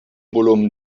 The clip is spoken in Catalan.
volum